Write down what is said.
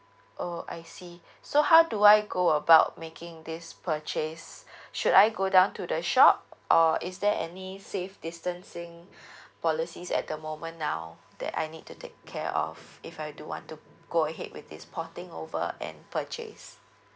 oh I see so how do I go about making this purchase should I go down to the shop or is there any safe distancing policies at the moment now that I need to take care of if I do want to go ahead with this porting over and purchase